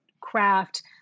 craft